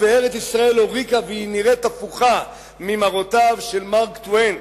וארץ-ישראל הוריקה והיא נראית הפוכה ממראותיו של מארק טוויין,